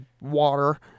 water